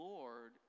Lord